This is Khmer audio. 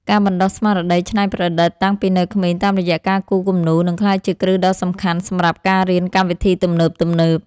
ការបណ្តុះស្មារតីច្នៃប្រឌិតតាំងពីនៅក្មេងតាមរយៈការគូរគំនូរនឹងក្លាយជាគ្រឹះដ៏សំខាន់សម្រាប់ការរៀនកម្មវិធីទំនើបៗ។